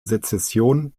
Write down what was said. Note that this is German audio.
sezession